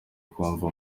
ukumva